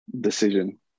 decision